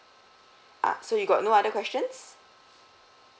ah so you got no other questions